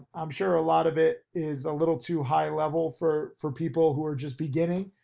i'm sure a lot of it is a little too high level for for people who are just beginning,